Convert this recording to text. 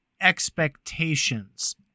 expectations